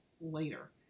later